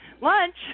lunch